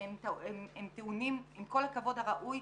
עם כל הכבוד הראוי,